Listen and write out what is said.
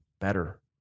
better